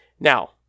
Now